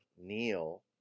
Neil